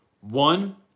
One